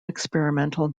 experimental